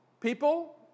people